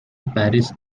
paris